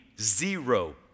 zero